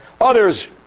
Others